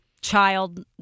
child